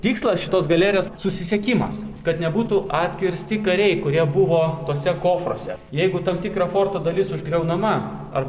tikslas šitos galerijos susisiekimas kad nebūtų atkirsti kariai kurie buvo tuose kofruose jeigu tam tikra forto dalis užgriaunama ar